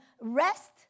rest